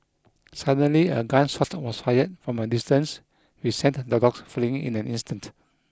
suddenly a gun shot was fired from a distance which sent the dogs fleeing in an instant